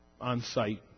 on-site